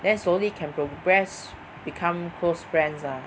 then slowly can progress become close friends ah